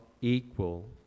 Equal